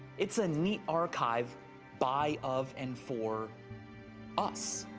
it's a neat archive by, of and for us.